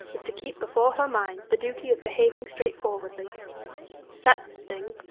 is to keep before her mind the duty of behaving straightforwardly that's the thing!